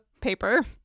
paper